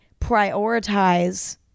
prioritize